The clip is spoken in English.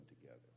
together